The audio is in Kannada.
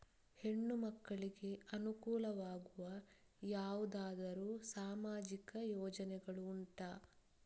ಹೆಣ್ಣು ಮಕ್ಕಳಿಗೆ ಅನುಕೂಲವಾಗುವ ಯಾವುದಾದರೂ ಸಾಮಾಜಿಕ ಯೋಜನೆಗಳು ಉಂಟಾ?